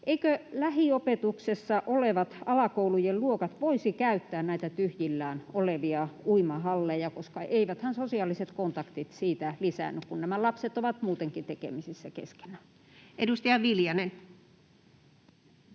Eivätkö lähiopetuksessa olevat alakoulujen luokat voisi käyttää näitä tyhjillään olevia uimahalleja, koska eiväthän sosiaaliset kontaktit siitä lisäänny, kun nämä lapset ovat muutenkin tekemisissä keskenään? [Speech